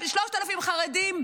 3,000 חרדים,